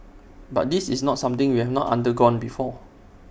but this is not something we have not undergone before